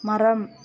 மரம்